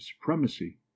supremacy